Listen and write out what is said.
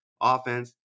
offense